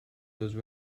those